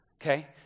okay